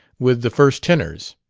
with the first tenors.